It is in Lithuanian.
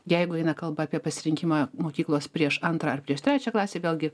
jeigu eina kalba apie pasirinkimą mokyklos prieš antrą ar prieš trečią klasę vėlgi